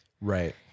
Right